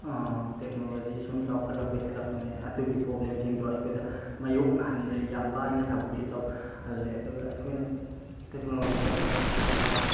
technology ꯁꯨꯝ ꯆꯥꯎꯈꯠꯂꯛꯄ ꯍꯦꯜꯂꯛꯄꯅꯦ ꯑꯗꯨꯒꯤ ꯄ꯭ꯔꯣꯕ꯭ꯂꯦꯝꯁꯤꯡꯗꯣ ꯑꯩꯈꯣꯏꯗ ꯃꯥꯏꯌꯣꯛꯅꯍꯟꯗ꯭ꯔꯦ ꯌꯥꯝ ꯂꯥꯏꯅ ꯊꯕꯛꯁꯨ ꯇꯧꯍꯜꯂꯦ ꯑꯗꯨꯒ ꯑꯩꯈꯣꯏꯅ ꯇꯦꯛꯅꯣꯂꯣꯖꯤ ꯆꯥꯎꯈꯠ ꯍꯥꯟꯅ